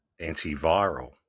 antiviral